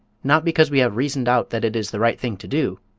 not because we have reasoned out that it is the right thing to do,